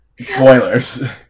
Spoilers